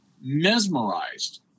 mesmerized